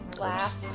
Laugh